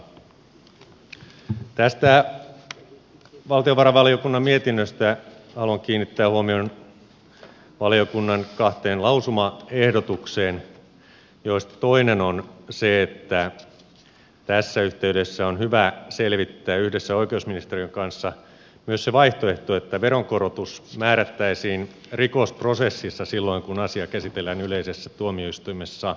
tässä valtiovarainvaliokunnan mietinnössä haluan kiinnittää huomion valiokunnan kahteen lausumaehdotukseen joista toinen on se että tässä yhteydessä on hyvä selvittää yhdessä oikeusministeriön kanssa myös se vaihtoehto että veronkorotus määrättäisiin rikosprosessissa silloin kun asia käsitellään yleisessä tuomioistuimessa